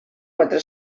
quatre